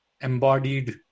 embodied